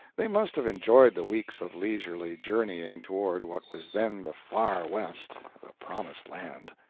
they must have enjoyed the weeks of leisurely journeying toward what was then the far west the promised land.